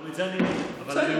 את זה גם אני יודע.